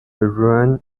ran